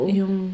yung